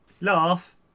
Laugh